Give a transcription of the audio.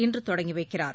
இன்று தொடங்கி வைக்கிறார்